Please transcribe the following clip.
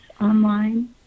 online